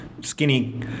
Skinny